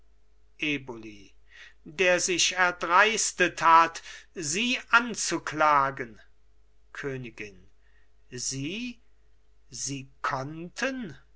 eboli der sich erdreistet hat sie anzuklagen königin sie sie konnten